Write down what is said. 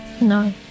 no